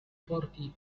porti